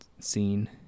scene